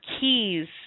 keys